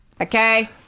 Okay